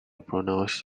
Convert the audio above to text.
pronounce